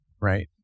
right